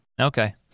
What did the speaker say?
Okay